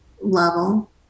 level